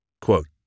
Quote